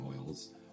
oils